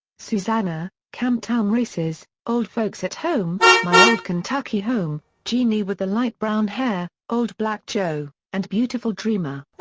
susanna, camptown races, old folks at home, my old kentucky home, jeanie with the light brown hair, old black joe, and beautiful dreamer.